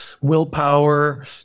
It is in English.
willpower